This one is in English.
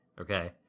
Okay